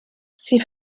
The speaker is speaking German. sie